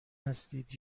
هستید